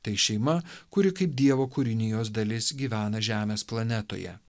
tai šeima kuri kaip dievo kūrinijos dalis gyvena žemės planetoje